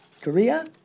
Korea